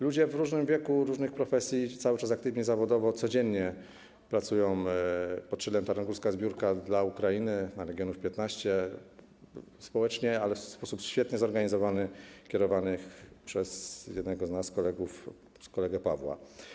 Ludzie w różnym wieku, różnych profesji, cały czas aktywni zawodowo, codziennie pracują pod szyldem: tarnogórska zbiórka dla Ukrainy na ul. Legionów 15, społecznie, ale w sposób świetnie zorganizowany, kierowani przez jednego z nas, kolegów, przez kolegę Pawła.